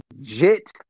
legit